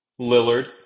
Lillard